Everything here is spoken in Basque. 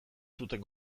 zuten